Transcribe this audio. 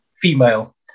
female